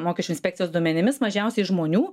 mokesčių inspekcijos duomenimis mažiausiai žmonių